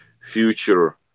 future